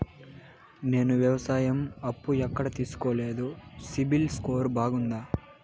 నేను వ్యవసాయం అప్పు ఎక్కడ తీసుకోలేదు, సిబిల్ స్కోరు బాగుందా?